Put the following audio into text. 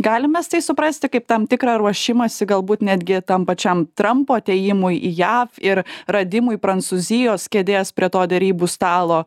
galim mes tai suprasti kaip tam tikrą ruošimąsi galbūt netgi tam pačiam trampo atėjimui į jav ir radimui prancūzijos kėdės prie to derybų stalo